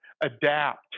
adapt